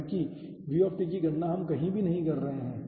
क्योंकि v की गणना हम कही भी नहीं कर रहे हैं